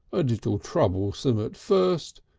a little troublesome at first,